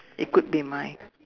it could be my